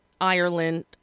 Ireland